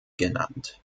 genannt